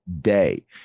day